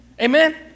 Amen